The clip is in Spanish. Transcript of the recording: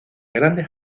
grande